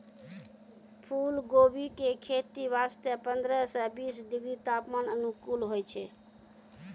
फुलकोबी के खेती वास्तॅ पंद्रह सॅ बीस डिग्री तापमान अनुकूल होय छै